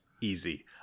easy